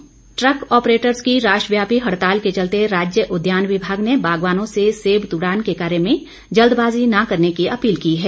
सेब तुडान truck operators की राष्ट्र व्यापी हड़ताल के चलते राज्य उद्यान विभाग ने बागवानों से सेब तुड़ान के कार्य में जल्दबाजी न करने की अपील की है